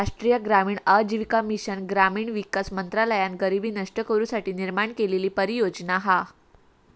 राष्ट्रीय ग्रामीण आजीविका मिशन ग्रामीण विकास मंत्रालयान गरीबी नष्ट करू साठी निर्माण केलेली परियोजना हा